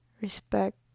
respect